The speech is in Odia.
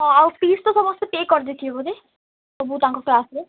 ହଁ ଆଉ ପିସ୍ ତ ସମସ୍ତେ ପେ କରିଦେଇଥିବେ ବୋଧେ ସବୁ ତାଙ୍କ କ୍ଲାସ୍ରେ